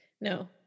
No